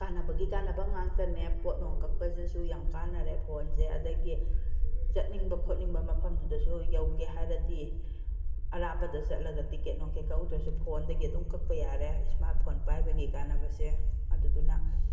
ꯀꯥꯟꯅꯕꯒꯤ ꯀꯥꯟꯅꯕ ꯉꯥꯛꯇꯅꯦ ꯄꯣꯠ ꯅꯨꯡ ꯀꯛꯄꯗꯁꯨ ꯌꯥꯝ ꯀꯥꯟꯅꯔꯦ ꯐꯣꯟꯁꯦ ꯑꯗꯒꯤ ꯆꯠꯅꯤꯡꯕ ꯈꯣꯠꯅꯤꯡꯕ ꯃꯐꯝꯗꯨꯗꯁꯨ ꯌꯧꯒꯦ ꯍꯥꯏꯔꯗꯤ ꯑꯔꯥꯞꯄꯗ ꯆꯠꯂꯒ ꯇꯤꯀꯦꯠ ꯅꯨꯡꯀꯦꯠ ꯀꯛꯎꯗ꯭ꯔꯁꯨ ꯐꯣꯟꯗꯒꯤ ꯑꯗꯨꯝ ꯀꯛꯄ ꯌꯥꯔꯦ ꯏꯁꯃꯥꯔꯠ ꯐꯣꯟ ꯄꯥꯏꯕꯒꯤ ꯀꯥꯟꯅꯕꯁꯦ ꯑꯗꯨꯗꯅ